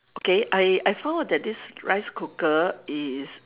okay I I found out that this rice cooker is